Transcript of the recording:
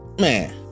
man